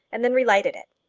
and then relighted it.